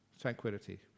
Tranquility